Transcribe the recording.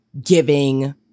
giving